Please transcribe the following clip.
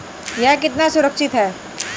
यह कितना सुरक्षित है?